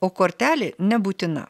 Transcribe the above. o kortelė nebūtina